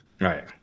right